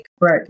right